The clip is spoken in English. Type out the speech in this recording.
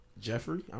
Jeffrey